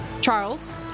Charles